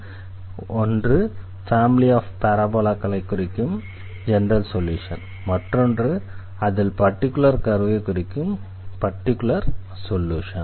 அதாவது ஒன்று family of பாராபோலாக்களை குறிக்கும் ஜெனரல் சொல்யூஷன் மற்றொன்று அதில் பர்டிகுலர் கர்வை குறிக்கும் பர்டிகுலர் சொல்யூஷன்